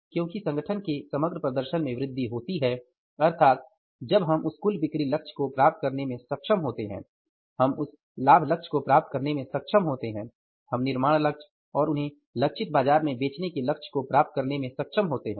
क्योंकि संगठन के समग्र प्रदर्शन में वृद्धि होती है अर्थात जब हम उस कुल बिक्री लक्ष्य को प्राप्त करने में सक्षम होते हैं हम उस लाभ लक्ष्य को प्राप्त करने में सक्षम होते हैं हम निर्माण लक्ष्य और उन्हें लक्षित बाजार में बेचने के लक्ष्य को प्राप्त करने में सक्षम होते हैं